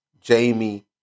Jamie